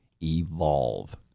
Evolve